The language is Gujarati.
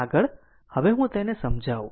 આગળ હવે હું તેને સમજાવું